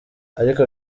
ariko